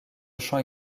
champ